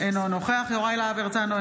אינו נוכח יוראי להב הרצנו,